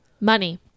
Money